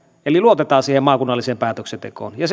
eli luotetaan siihen maakunnalliseen päätöksentekoon ja